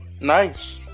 Nice